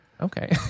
Okay